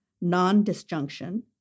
non-disjunction